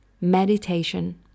meditation